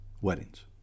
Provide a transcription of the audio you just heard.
weddings